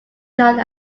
known